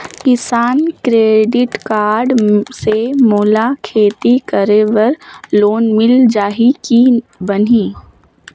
किसान credit card से मोला खेती करे बर लोन मिल जाहि की बनही??